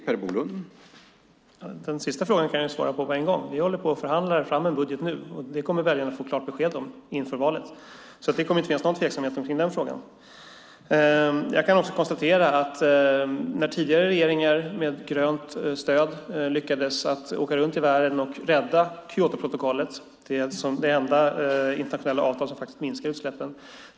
Herr talman! Den sista frågan kan jag besvara på en gång. Vi håller på att förhandla fram en budget nu. Det kommer väljarna att få klart besked om inför valet. Det kommer inte att finnas någon tveksamhet kring den frågan. Jag kan också konstatera att tidigare regeringar med grönt stöd åkte runt i världen och lyckades rädda Kyotoprotokollet, det enda internationella avtal som minskar utsläppen.